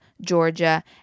Georgia